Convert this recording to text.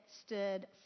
stood